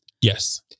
Yes